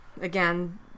again